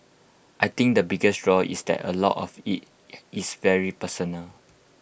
I think the biggest draw is that A lot of IT is very personal